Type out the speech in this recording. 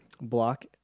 block